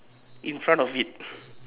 in front of it